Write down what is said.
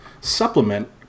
supplement